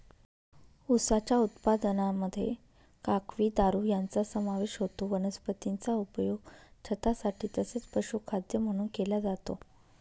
उसाच्या उत्पादनामध्ये काकवी, दारू यांचा समावेश होतो वनस्पतीचा उपयोग छतासाठी तसेच पशुखाद्य म्हणून केला जातो